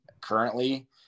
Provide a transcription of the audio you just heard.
currently